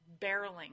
barreling